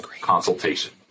consultation